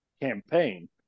campaign